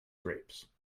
grapes